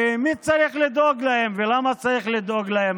כי מי צריך לדאוג להם, ולמה צריך לדאוג להם.